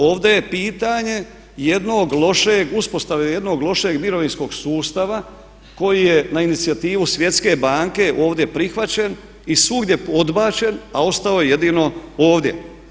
Ovdje je pitanje jednog lošeg, uspostave jednog lošeg mirovinskog sustava koji je na inicijativu Svjetske banke ovdje prihvaćen i svugdje odbačen, a ostao je jedino ovdje.